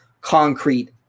concrete